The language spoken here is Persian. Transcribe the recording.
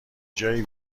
جایی